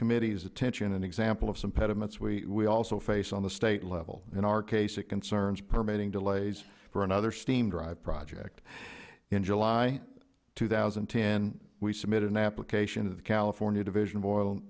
committee's attention an example of some impediments we also face on the state level in our case it concerns permitting delays for another steam drive project in july two thousand and ten we submitted an application to the california division